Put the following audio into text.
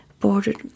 bordered